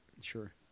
Sure